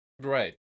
Right